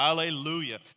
hallelujah